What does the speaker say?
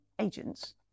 agents